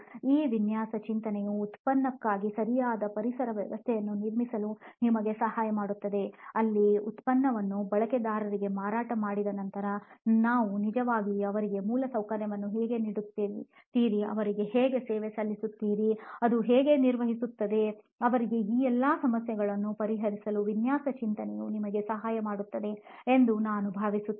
ಈ ವಿನ್ಯಾಸ ಚಿಂತನೆಯು ಉತ್ಪನ್ನಕ್ಕಾಗಿ ಸರಿಯಾದ ಪರಿಸರ ವ್ಯವಸ್ಥೆಯನ್ನು ನಿರ್ಮಿಸಲು ನಮಗೆ ಸಹಾಯ ಮಾಡುತ್ತದೆ ಅಲ್ಲಿ ಉತ್ಪನ್ನವನ್ನು ಬಳಕೆದಾರರಿಗೆ ಮಾರಾಟ ಮಾಡಿದ ನಂತರ ನಾವು ನಿಜವಾಗಿ ಅವರಿಗೆ ಮೂಲಸೌಕರ್ಯವನ್ನು ಹೇಗೆ ನೀಡುತ್ತಿರಿ ಅವರಿಗೆ ಹೇಗೆ ಸೇವೆ ಸಲ್ಲಿಸುತ್ತಿರಿ ಅದು ಹೇಗೆ ನಿರ್ವಹಿಸುತ್ತದೆ ಅವರಿಗೆ ಈ ಎಲ್ಲಾ ಸಮಸ್ಯೆಗಳನ್ನು ಪರಿಹರಿಸಲು ವಿನ್ಯಾಸ ಚಿಂತನೆಯು ನಮಗೆ ಸಹಾಯ ಮಾಡುತ್ತದೆ ಎಂದು ನಾನು ಭಾವಿಸುತ್ತೇನೆ